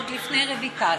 עוד לפני רויטל.